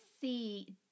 see